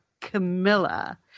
Camilla